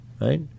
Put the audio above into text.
Right